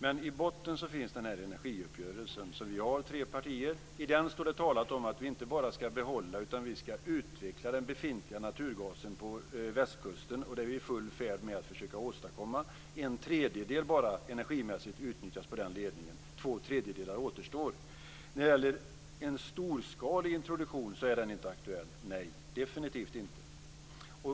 Men i botten finns den här energiuppgörelsen som tre partier har. I den står det talat om att vi inte bara skall behålla utan också utveckla den befintliga naturgasen på västkusten. Det är vi i full färd med att försöka åstadkomma. Bara en tredjedel utnyttjas energimässigt på den ledningen. Två tredjedelar återstår. En storskalig introduktion är inte aktuell - nej, definitivt inte.